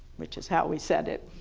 which is how we said it,